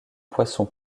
poisson